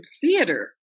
theater